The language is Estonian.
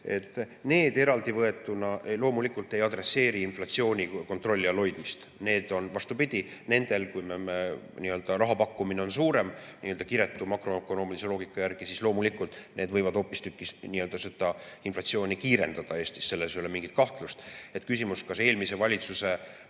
Need eraldivõetuna loomulikult ei adresseeri inflatsiooni kontrolli all hoidmist. Vastupidi, kui me raha pakkumine on suurem, siis kiretu makroökonoomilise loogika järgi need loomulikult võivad hoopistükkis inflatsiooni kiirendada Eestis. Selles ei ole mingit kahtlust. Küsimus on, kas eelmise valitsuse